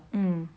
hmm